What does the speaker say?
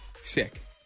sick